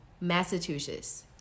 massachusetts